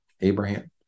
Abraham